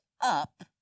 up